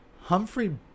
Humphrey